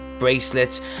bracelets